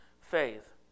faith